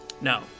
No